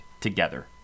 together